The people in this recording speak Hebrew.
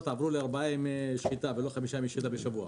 עברו לארבעה ימי שחיטה ולא חמישה ימי שחיטה בשבוע.